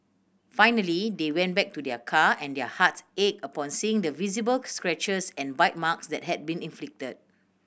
finally they went back to their car and their hearts ached upon seeing the visible scratches and bite marks that had been inflicted